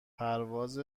پرواز